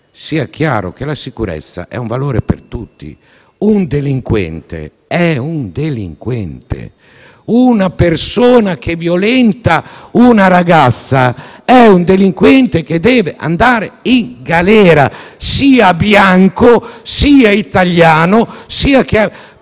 sia chiaro che la sicurezza è un valore per tutti. Un delinquente è un delinquente. Una persona che violenta una ragazza è un delinquente, che deve andare il galera, sia bianco, sia italiano, sia